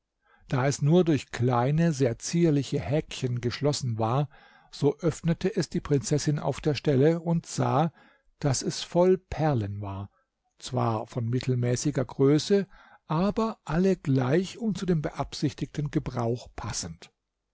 da es nur durch kleine sehr zierliche häkchen geschlossen war so öffnete es die prinzessin auf der stelle und sah daß es voll perlen war zwar von mittelmäßiger größe aber alle gleich und zu dem beabsichtigten gebrauch passend